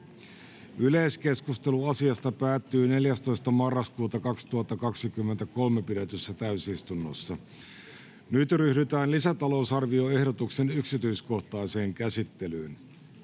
Yleiskeskustelu asiasta päättyi 14.11.2023 pidetyssä täysistunnossa. Nyt ryhdytään lisätalousarvioehdotuksen yksityiskohtaiseen käsittelyyn.